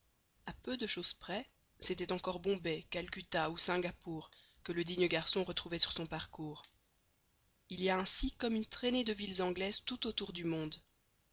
a peu de choses près c'était encore bombay calcutta ou singapore que le digne garçon retrouvait sur son parcours il y a ainsi comme une traînée de villes anglaises tout autour du monde